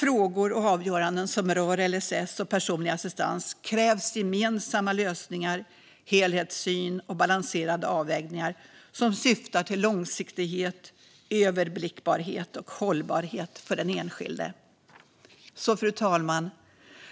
Frågor och avgöranden som rör LSS och personlig assistans kräver gemensamma lösningar, en helhetssyn och balanserade avvägningar som syftar till långsiktighet, överblickbarhet och hållbarhet för den enskilde.